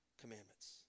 commandments